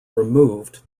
removed